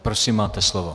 Prosím, máte slovo.